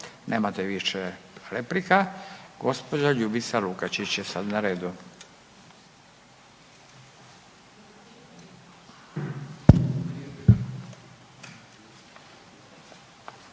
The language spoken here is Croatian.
nemate više replika. Gospođa Ljubica Lukačić je sad na redu.